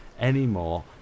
anymore